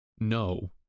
No